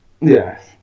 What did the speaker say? Yes